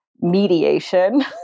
mediation